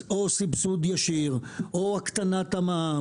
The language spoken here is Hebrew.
אז כמו באירופה, או סבסוד ישיר, או הקטנת המע"מ.